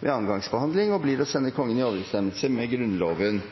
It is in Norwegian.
ved andre gangs behandling og blir å sende Kongen i overensstemmelse med Grunnloven.